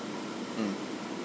mm